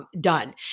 Done